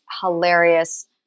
hilarious